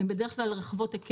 הן בדרך כלל רחבות-היקף,